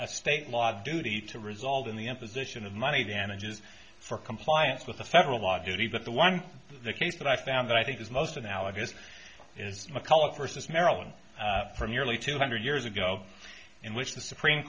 a state law duty to result in the imposition of money damages for compliance with a federal law judy but the one the case that i found that i think is most analogous is mcculloch versus maryland for nearly two hundred years ago in which the supreme